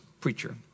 preacher